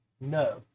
No